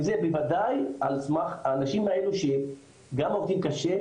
וזה בוודאי על סמך האנשים האלה שגם עובדים קשה,